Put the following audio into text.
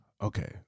okay